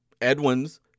Edwin's